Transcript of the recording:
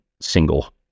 single